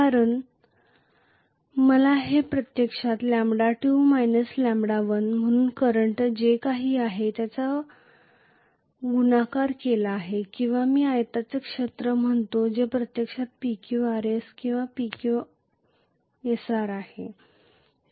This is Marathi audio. कारण मला हे प्रत्यक्षात λ2 - λ1 म्हणून करंट जे काही आहे त्यांचा गुणाकार केला आहे किंवा मी आयताचे क्षेत्र म्हणतो जे प्रत्यक्षात PQRS किंवा PQSR आहे